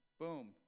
boom